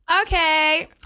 Okay